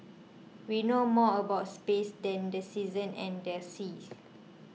we know more about space than the seasons and the seas